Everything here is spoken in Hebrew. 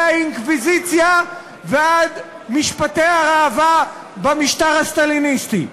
מהאינקוויזיציה ועד משפטי הראווה במשטר הסטליניסטי.